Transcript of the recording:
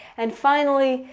and finally,